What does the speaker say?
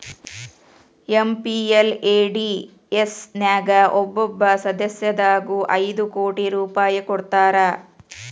MPLADS ನ್ಯಾಗ ಒಬ್ಬೊಬ್ಬ ಸಂಸದಗು ಐದು ಕೋಟಿ ರೂಪಾಯ್ ಕೊಡ್ತಾರಾ